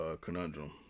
conundrum